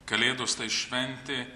kalėdos tai šventė